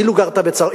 אילו גרה בצרפת,